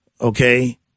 okay